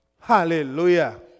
Hallelujah